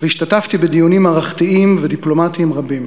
והשתתפתי בדיונים מערכתיים ודיפלומטיים רבים.